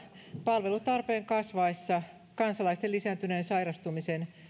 palvelutarpeen kasvaessa kansalaisten lisääntyneen sairastumisen